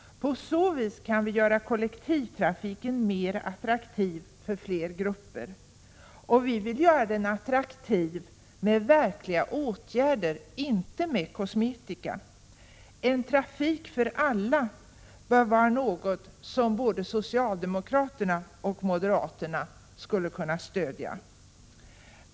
På så vis kan kollektivtrafiken göras mer attraktiv för flera grupper. Vi vill göra den attraktiv med verkliga åtgärder, inte med kosmetika. ”En trafik för alla” bör vara något som både socialdemokraterna och moderaterna skulle kunna stödja.